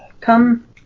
come